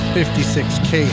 56k